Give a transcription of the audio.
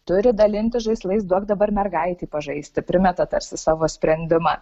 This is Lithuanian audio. turit dalintis žaislais duok dabar mergaitei pažaisti primeta tarsi savo sprendimą